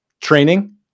training